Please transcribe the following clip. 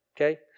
okay